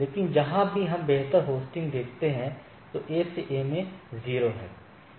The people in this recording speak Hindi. लेकिन जहाँ भी हम बेहतर होस्टिंग देखते हैं तो A से A में 0 है